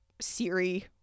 Siri